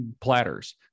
platters